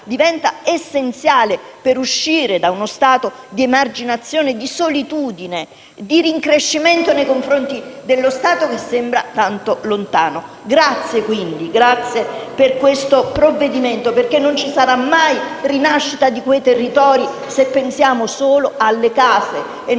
diventa essenziale per uscire da uno stato di emarginazione, di solitudine e di rincrescimento nei confronti dello Stato che sembra tanto lontano. Ringrazio, quindi, per questo provvedimento perché non ci sarà mai rinascita dei territori se pensiamo solo alle case e